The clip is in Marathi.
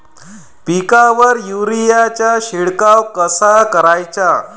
पिकावर युरीया चा शिडकाव कसा कराचा?